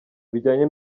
bijyanye